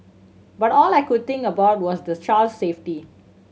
but all I could think about was the child's safety